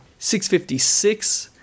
656